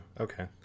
Okay